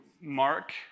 Mark